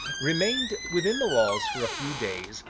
remained within the walls for a few days,